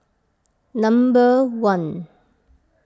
number one